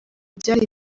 byari